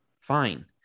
fine